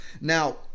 Now